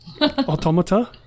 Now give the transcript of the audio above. automata